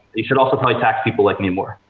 we should also contact people, like me, more.